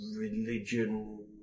religion